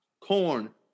corn